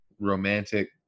romantic